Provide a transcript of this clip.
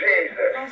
Jesus